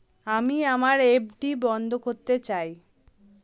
আমি আমার এফ.ডি বন্ধ করতে চাই